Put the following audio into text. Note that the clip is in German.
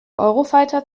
eurofighter